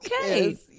Okay